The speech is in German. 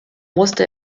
musste